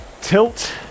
tilt